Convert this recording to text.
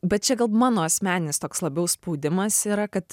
bet čia gal mano asmeninis toks labiau spaudimas yra kad